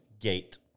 gate